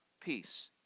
peace